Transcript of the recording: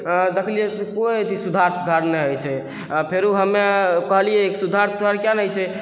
देखलियै कोइ सुधार तुधार नहि होइ छै आओर फेरो हमे कहलियै सुधार तुधार किया नहि हय छै